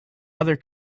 other